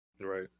Right